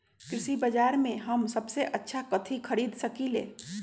कृषि बाजर में हम सबसे अच्छा कथि खरीद सकींले?